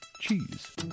cheese